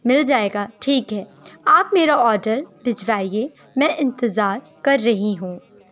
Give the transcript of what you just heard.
مل جائے گا ٹھیک ہے آپ میرا آڈر بھجوائیے میں انتظار کر رہی ہوں